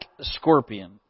scorpion